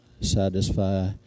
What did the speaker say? satisfy